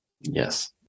yes